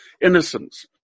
innocence